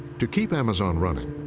to keep amazon running,